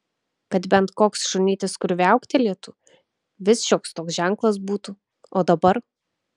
kad bent koks šunytis kur viauktelėtų vis šioks toks ženklas būtų o dabar